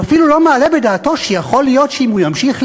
הוא אפילו לא מעלה בדעתו שיכול להיות שאם הוא ימשיך